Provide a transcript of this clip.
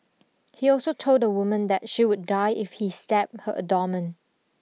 he also told the woman that she would die if he stabbed her abdomen